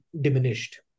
diminished